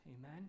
amen